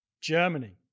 Germany